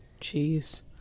jeez